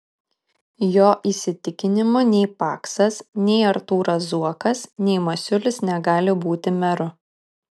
jo įsitikinimu nei paksas nei artūras zuokas nei masiulis negali būti meru